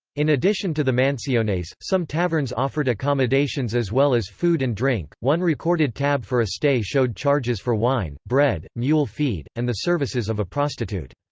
in addition to the mansiones, some taverns offered accommodations as well as food and drink one recorded tab for a stay showed charges for wine, bread, mule feed, and the services of a prostitute.